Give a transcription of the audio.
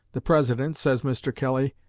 the president, says mr. kelly,